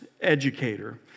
educator